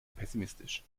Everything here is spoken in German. pessimistisch